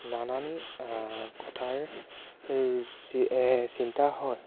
নানান কথাৰ যি চিন্তা হয়